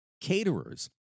caterers